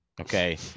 okay